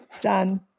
Done